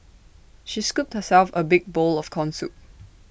she scooped herself A big bowl of Corn Soup